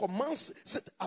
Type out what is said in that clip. commence